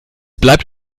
bleibt